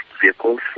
vehicles